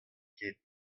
ket